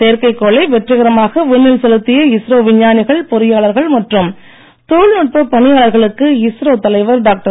செயற்கைக்கோளை வெற்றிகரமாக விண்ணில் செலுத்திய இஸ்ரோ விஞ்ஞானிகள் பொறியாளர்கள் மற்றும் தொழில்நுட்பப் பணியாளர்களுக்கு இஸ்ரோ தலைவர் டாக்டர்